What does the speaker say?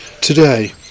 Today